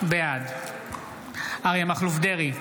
בעד אריה מכלוף דרעי,